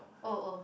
oh oh